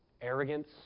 arrogance